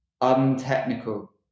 untechnical